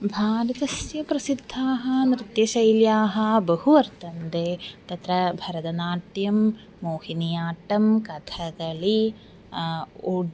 भारतस्य प्रसिद्धाः नृत्यशैल्यः बह्व्यः वर्तन्ते तत्र भरतनाट्यं मोहिनियाट्टं कथकळि ओड्